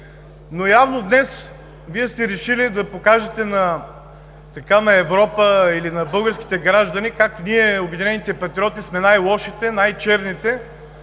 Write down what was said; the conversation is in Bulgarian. явно Вие сте решили да покажете на Европа или на българските граждани как ние, „Обединените патриоти“, сме най-лошите, най-черните